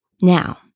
Now